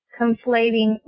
conflating